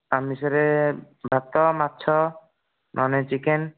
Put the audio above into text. ଆମିଷରେ ଭାତ ମାଛ ନହେଲେ ଚିକେନ